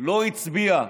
לא הצביעה.